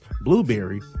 Blueberry